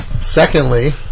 Secondly